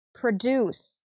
produce